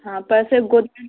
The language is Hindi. हाँ पैसे गोदान